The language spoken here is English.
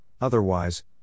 otherwise